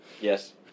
Yes